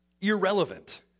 Irrelevant